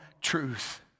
truth